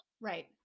Right